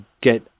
get